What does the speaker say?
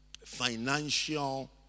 financial